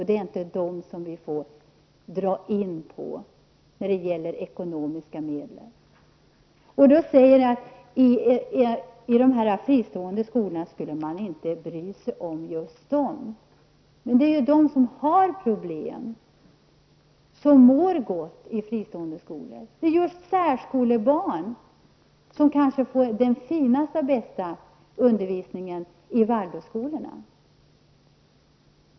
Det är inte dem som vi får dra in på när det gäller ekonomiska medel. Ni säger att man i de fristående skolorna inte skulle bry sig om dem som har problem. Men det är just de barnen som mår gott i fristående skolor. Särskolebarn får den kanske finanste och bästa undervisningen i Waldorfskolorna.